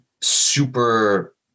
super